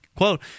Quote